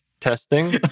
testing